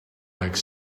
like